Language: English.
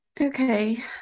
Okay